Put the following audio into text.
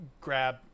grab